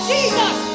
Jesus